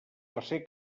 tercer